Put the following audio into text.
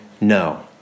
no